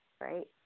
right